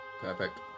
Perfect